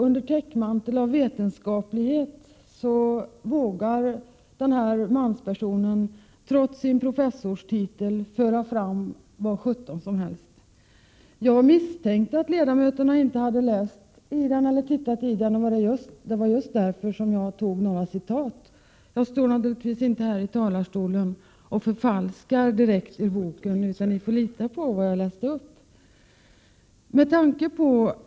Under täckmantel av vetenskaplighet vågar den här manspersonen trots sin professorstitel föra fram vad sjutton som helst. Jag misstänkte att ledamöterna inte läst boken, och det var just därför jag tog några citat ur den. Jag står naturligtvis inte här i talarstolen och förfalskar citat, utan ni får lita på att det jag läste upp är riktigt återgivet.